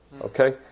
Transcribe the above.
Okay